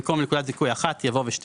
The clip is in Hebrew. במקום "ונקודת זיכוי אחת" יבוא "ושתי